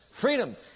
Freedom